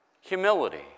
humility